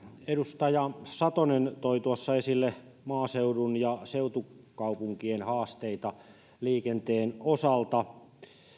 edustaja satonen toi tuossa esille maaseudun ja seutukaupunkien haasteita liikenteen osalta